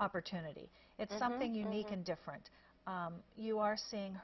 opportunity it's something unique and different you are seeing